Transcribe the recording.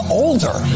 older